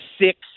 six